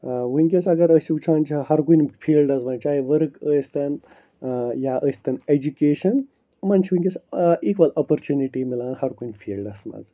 وُنکٮ۪س اگر أسۍ وٕچھان چھِ ہر کُنہِ فیلڈس بَچایہِ ؤرک ٲسۍ تن یا ٲسۍ تن ایٚجوکیشن یِمن چھِ وُنکٮ۪س ایکول اپرچُونِٹۍ مِلان ہر کُنہِ فیلڈس منٛز